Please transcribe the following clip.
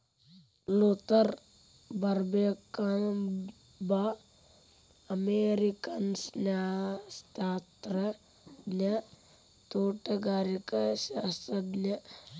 Luther ಬರ್ಬ್ಯಾಂಕ್ಒಬ್ಬ ಅಮೇರಿಕನ್ಸಸ್ಯಶಾಸ್ತ್ರಜ್ಞ, ತೋಟಗಾರಿಕಾಶಾಸ್ತ್ರಜ್ಞ